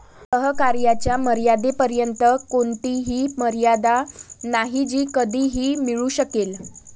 सहकार्याच्या मर्यादेपर्यंत कोणतीही मर्यादा नाही जी कधीही मिळू शकेल